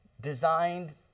designed